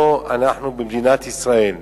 פה אנחנו במדינת ישראל.